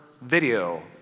video